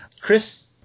Chris